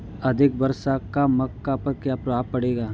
अधिक वर्षा का मक्का पर क्या प्रभाव पड़ेगा?